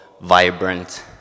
vibrant